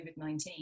COVID-19